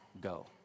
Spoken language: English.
go